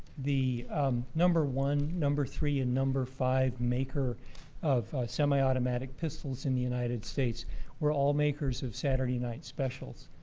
the number one, number three, and number five maker of semi-automatic pistols in the united states were all makers of saturday night specials.